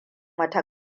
wata